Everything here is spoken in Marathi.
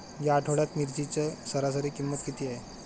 या आठवड्यात मिरचीची सरासरी किंमत किती आहे?